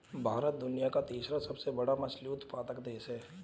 भारत दुनिया का तीसरा सबसे बड़ा मछली उत्पादक देश है